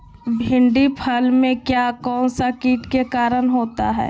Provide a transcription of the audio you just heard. भिंडी फल में किया कौन सा किट के कारण होता है?